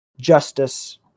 Justice